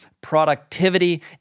productivity